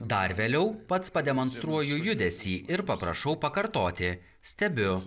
dar vėliau pats pademonstruoju judesį ir paprašau pakartoti stebiu